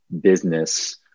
business